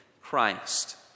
Christ